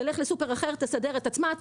תלך לסופר אחר ותסדר את עצמה,